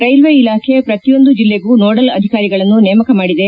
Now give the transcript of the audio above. railway ಇಲಾಖೆ ಪ್ರತಿಯೊಂದು ಜಿಲ್ಲೆಗೂ ನೋಡಲ್ ಅಧಿಕಾರಿಗಳನ್ನು ನೇಮಕ ಮಾಡಿದೆ